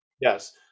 Yes